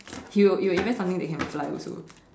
you you will invent something that can fly also